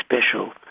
special